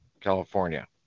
California